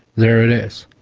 there it is.